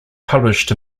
published